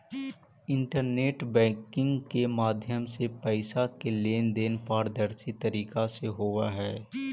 internet banking के माध्यम से पैइसा के लेन देन पारदर्शी तरीका से होवऽ हइ